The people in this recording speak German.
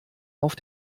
auf